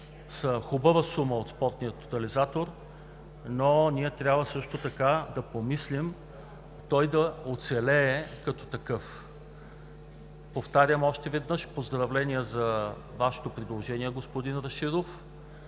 са хубава сума от Спортния тотализатор, но ние трябва да помислим той да оцелее като такъв. Повтарям още веднъж: поздравления за Вашето предложение, господин Рашидов.